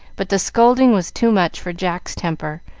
but the scolding was too much for jack's temper,